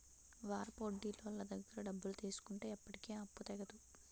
వారాపొడ్డీలోళ్ళ దగ్గర డబ్బులు తీసుకుంటే ఎప్పటికీ ఆ అప్పు తెగదు